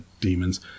demons